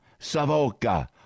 Savoca